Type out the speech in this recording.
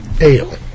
Ale